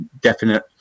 definite